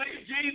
Jesus